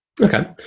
Okay